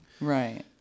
Right